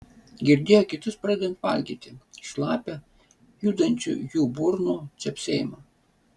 girdėjo kitus pradedant valgyti šlapią judančių jų burnų čepsėjimą